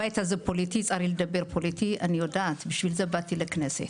הבית הזה פוליטי, אני יודעת, בשביל זה באתי לכנסת.